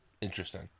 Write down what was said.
Interesting